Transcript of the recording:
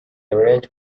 arrange